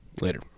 Later